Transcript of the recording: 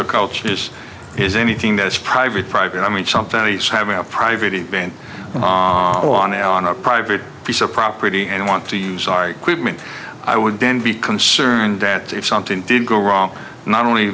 our culture is is anything that is private private i mean something nice having a private event on it on our private piece of property and want to use our equipment i would then be concerned that if something did go wrong not only